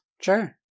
Sure